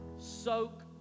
soak